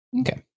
Okay